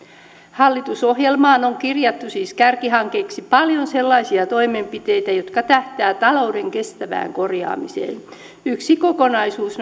hallitusohjelmaan on kirjattu siis kärkihankkeiksi paljon sellaisia toimenpiteitä jotka tähtäävät talouden kestävään korjaamiseen yksi kokonaisuus